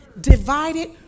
divided